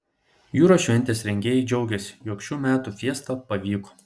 jūros šventės rengėjai džiaugiasi jog šių metų fiesta pavyko